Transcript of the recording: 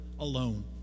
alone